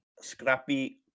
Scrappy